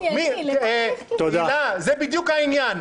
--- זה בדיוק העניין.